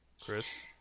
Chris